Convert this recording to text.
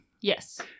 Yes